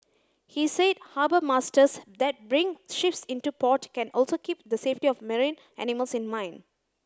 he said harbour masters that bring ships into port can also keep the safety of marine animals in mind